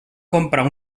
comprar